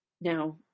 Now